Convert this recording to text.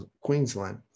Queensland